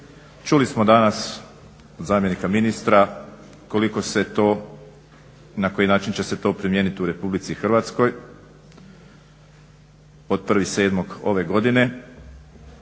Čuli smo danas od zamjenika ministra koliko se to i na koji način će se to primijeniti u RH od 1.07. ove godine.